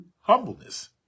Humbleness